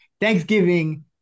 Thanksgiving